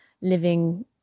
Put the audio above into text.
living